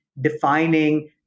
defining